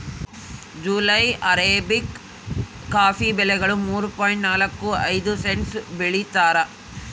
July arabica coffee ಬೆಲೆಗಳು ಮೂರು point ನಾಲ್ಕು ಐದು ಸೆಂಟ್ಸ್ ಬೆಳೀತಾರ